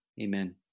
Amen